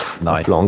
Nice